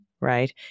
right